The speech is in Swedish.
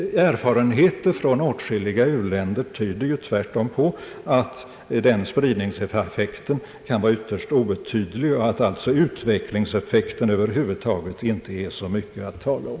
Erfarenheter från åtskilliga u-länder tyder tvärtom på att den spridningseffekten kan vara ytterst obetydlig och att alltså utvecklingseffekten över huvud taget inte är så mycket att tala om.